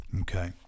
Okay